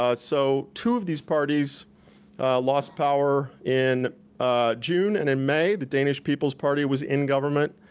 ah so two of these parties lost power in june and in may the danish people's party was in government,